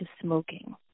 smoking